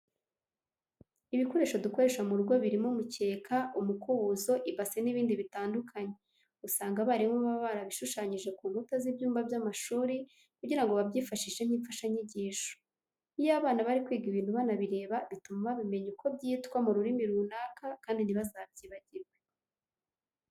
Ibikoresho dukoresha mu rugo birimo umukeka, umukubuzo, ibase n'ibindi bitandukanye usanga abarimu baba barabishushanyije ku nkuta z'ibyumba by'amashuri kugira ngo babyifashishe nk'imfashanyigisho. Iyo abana bari kwiga ibintu banabireba bituma bamenya kuko byitwa mu rurimi runaka kandi ntibazabyibagirwe.